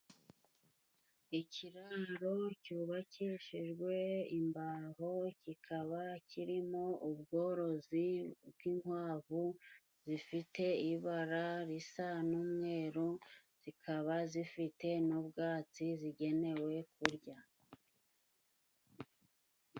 Ikiraro cyubakishijwe imbaho kikaba kirimo ubworozi bw'inkwavu zifite ibara risa n'umweru, zikaba zifite n'ubwatsi zigenewe kurya.